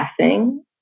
passing